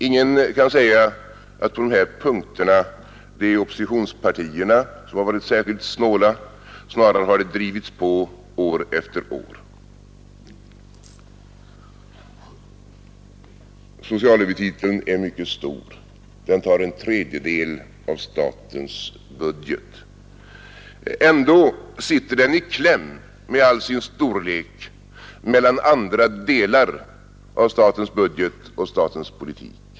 Ingen kan säga att det är oppositionspartierna som varit särskilt snåla på dessa punkter, snarare har de drivit på år efter år. Socialhuvudtiteln är mycket stor. Den tar en tredjedel av statens budget. Ändå sitter den med all sin storlek i kläm mellan andra delar av statens budget och statens politik.